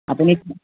আপুনি